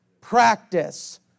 practice